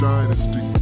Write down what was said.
Dynasty